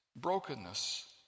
brokenness